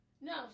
No